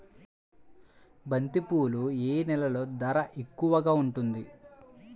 బంతిపూలు ఏ నెలలో ధర ఎక్కువగా ఉంటుంది?